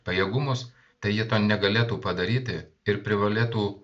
pajėgumus tai ji to negalėtų padaryti ir privalėtų